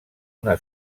una